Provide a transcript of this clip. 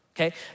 okay